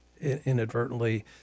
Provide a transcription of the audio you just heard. inadvertently